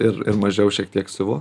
ir ir mažiau šiek tiek siuvu